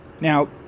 Now